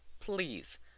please